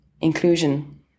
inclusion